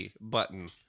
button